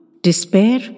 Despair